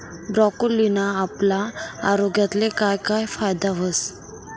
ब्रोकोलीना आपला आरोग्यले काय काय फायदा व्हस